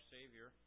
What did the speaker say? Savior